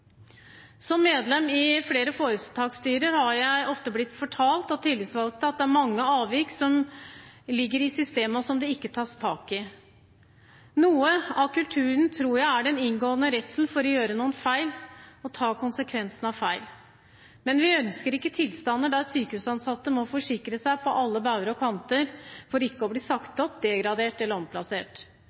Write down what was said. Som medlem i flere foretaksstyrer har jeg ofte blitt fortalt av tillitsvalgte at det er mange avvik som ligger i systemet, og som det ikke tas tak i. Noe av kulturen tror jeg er den innebygde redselen for å gjøre noen feil og ta konsekvensen av feil. Men vi ønsker ikke tilstander der sykehusansatte må forsikre seg på alle bauger og kanter for ikke å bli sagt opp, degradert eller omplassert.